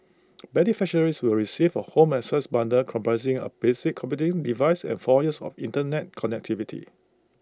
beneficiaries will receive A home access bundle comprising A basic computing device and four years of Internet connectivity